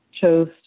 chose